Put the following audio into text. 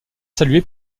salué